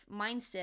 mindset